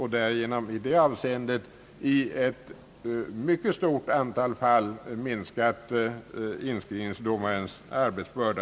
Härigenom har man i ett mycket stort antal ärenden påtagligt minskat inskrivningsdomarens arbetsbörda.